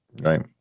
Right